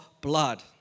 blood